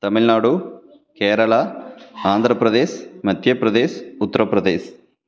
Tamil Nadu Kerala Andhra Pradesh Madhya Pradesh Uttar Pradesh